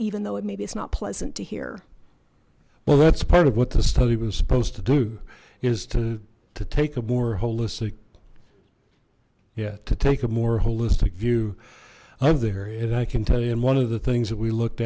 even though it may be it's not pleasant to hear well that's part of what this study was supposed to do is to to take a more holistic yeah to take a more holistic view of their and i can tell you and one of the things that we looked